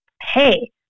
Hey